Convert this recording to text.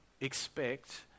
expect